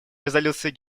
резолюций